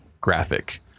graphic